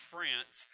France